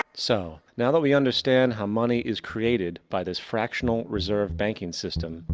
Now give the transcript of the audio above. so, now that we understand how money is created by this fractional reserve banking system.